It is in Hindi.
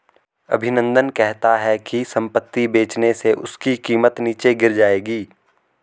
अभिनंदन कहता है कि संपत्ति बेचने से उसकी कीमत नीचे गिर जाएगी